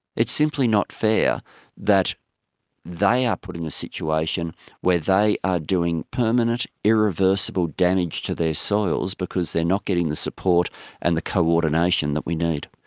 it's simply not fair that they are put in a situation where they are doing permanent irreversible damage to their soils because they're not getting the support and the coordination that we need.